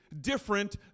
different